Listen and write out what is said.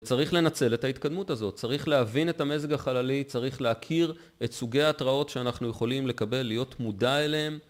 צריך לנצל את ההתקדמות הזאת, צריך להבין את המזג החללי, צריך להכיר את סוגי ההתרעות שאנחנו יכולים לקבל, להיות מודע אליהן